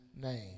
name